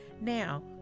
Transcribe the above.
Now